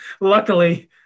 luckily